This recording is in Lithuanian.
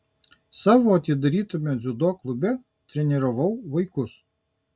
savo atidarytame dziudo klube treniravau vaikus